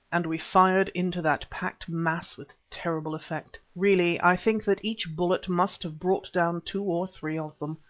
and we fired into that packed mass with terrible effect. really i think that each bullet must have brought down two or three of them.